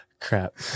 Crap